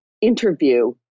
interview